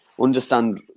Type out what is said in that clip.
understand